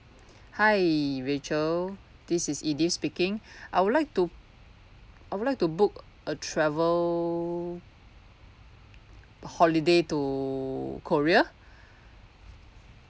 hi rachel this is edith speaking I would like to I would like to book a travel holiday to korea